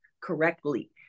correctly